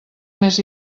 més